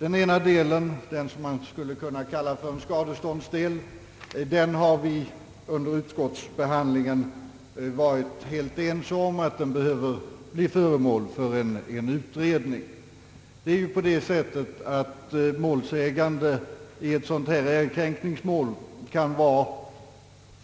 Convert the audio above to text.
Vi har under utskottsbehandlingen varit helt ense om att den ena av dessa, vilken skulle kunna kallas skadeståndsdelen, behöver bli föremål för utredning. Målsägande i ett sådant ärekränkningsmål kan vara